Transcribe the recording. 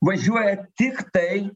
važiuoja tiktai